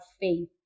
faith